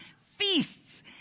feasts